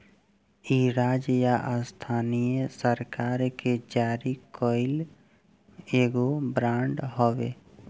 इ राज्य या स्थानीय सरकार के जारी कईल एगो बांड हवे